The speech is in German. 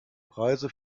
preise